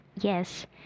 yes